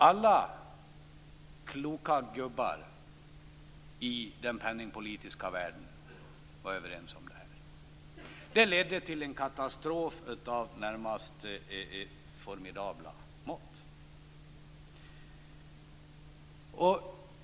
Alla kloka gubbar i den penningpolitiska världen var överens om det här. Det ledde till en katastrof av närmast formidabla mått.